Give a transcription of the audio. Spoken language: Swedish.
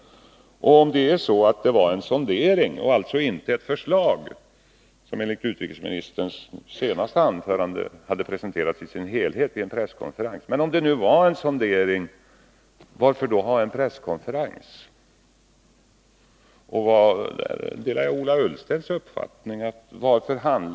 Om det var en sondering inte ett förslag — som, vilket framgår av utrikesministerns senaste anförande, hade presenterats i sin helhet vid en presskonferens, varför måste man då ha en sådan? I det avseendet delar jag Ola Ullstens uppfattning.